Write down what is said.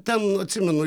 ten atsimenu